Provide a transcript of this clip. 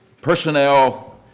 personnel